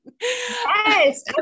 Yes